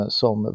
som